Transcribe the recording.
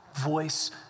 Voice